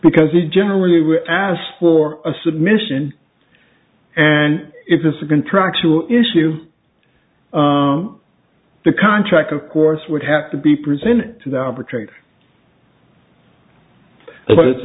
because it generally were asked for a submission and it was a contractual issue the contract of course would have to be presented to the opportunity but